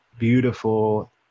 beautiful